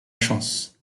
chance